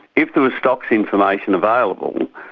if there was stocks information available,